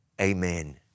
amen